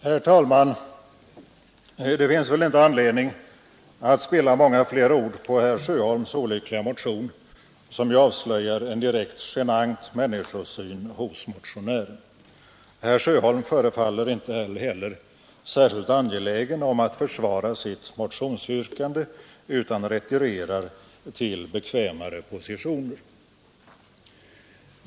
Herr talman! Det finns väl ingen anledning att spilla många fler ord på herr Sjöholms olyckliga motion, som ju avslöjar en direkt genant människosyn hos motionären. Herr Sjöholm förefaller inte heller särskilt angelägen om att försvara sitt motionsyrkande, utan retirerar till bekvämare positioner.